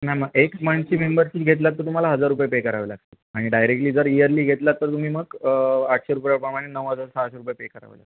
नाही मग एक मंथची मेंबरशिप घेतलात तर तुम्हाला हजार रुपये पे करावे लागतील आणि डायरेक्टली जर इयरली घेतलात तर तुम्ही मग आठशे रुपयाप्रमाणे नऊ हजार सहाशे रुपये पे करावे लागतील